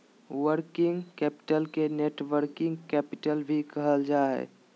working capital के networking capital भी कहल जा हय